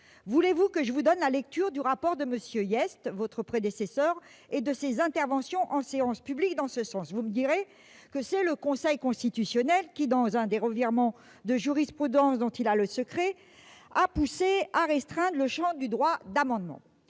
Voulez-vous que je vous donne lecture du rapport de M. Hyest, votre prédécesseur, et de ses interventions en séance publique en la matière ? Vous me direz que c'est le Conseil constitutionnel qui, dans l'un de ces revirements de jurisprudence dont il a le secret, a poussé à restreindre le champ du droit d'amendement.